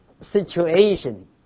situation